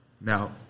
Now